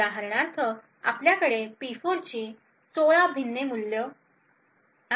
उदाहरणार्थ आपल्याकडे P4 ची 16 भिन्न मूल्ये आहेत